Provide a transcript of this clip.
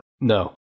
No